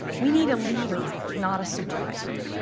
we need a leader, not a supervisor.